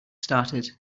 started